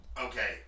okay